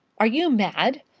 are you mad?